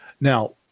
now